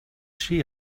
she